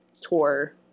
tour